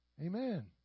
Amen